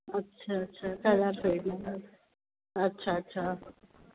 अच्छा अच्छा अच्छा अच्छा